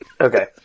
Okay